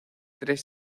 tres